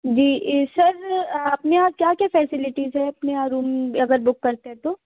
जी इ सर अपने यहाँ क्या क्या फैसिलिटीज हैं अपने यहाँ रूम अगर बुक करते हैं तो